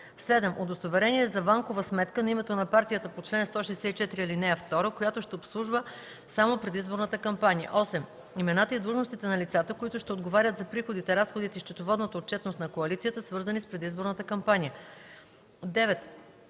7. удостоверение за банкова сметка на името на партията по чл. 164, ал. 2, която ще обслужва само предизборната кампания; 8. имената и длъжностите на лицата, които ще отговарят за приходите, разходите и счетоводната отчетност на коалицията, свързани с предизборната кампания; 9.